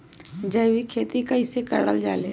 जैविक खेती कई से करल जाले?